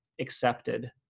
accepted